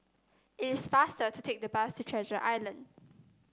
it is faster to take the bus to Treasure Island